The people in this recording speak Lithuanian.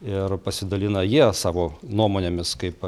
ir pasidalina jie savo nuomonėmis kaip